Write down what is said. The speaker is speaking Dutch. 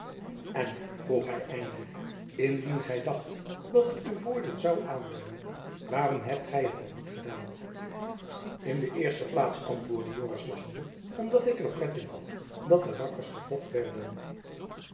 en vroeg hy eindelijk indien gy dacht dat het u voordeel zoû aanbrengen waarom hebt gy het dan niet gedaan in de eirste plaits antwoordde joris lachende omdat ik er pret in had dat de rakkers gefopt werden